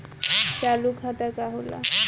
चालू खाता का होला?